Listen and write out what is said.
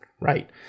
right